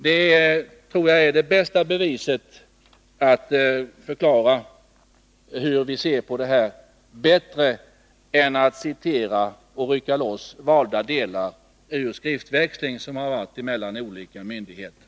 Denna tror jag är det bästa beviset för hur vi ser på det här. Det är bättre än att citera lösryckta delar av skriftväxlingen som har förevarit mellan olika myndigheter.